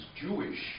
Jewish